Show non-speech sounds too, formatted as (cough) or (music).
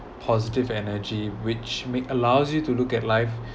positive energy which make allows you to look at life (breath)